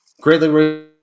Greatly